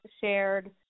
shared